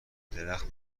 درخت